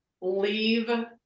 leave